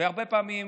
הרבה פעמים